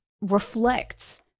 reflects